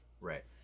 Right